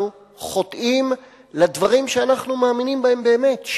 אנחנו חוטאים לדברים שאנחנו מאמינים בהם באמת,